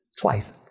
Twice